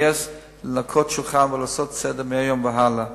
לנקות שולחן ולעשות סדר מהיום והלאה.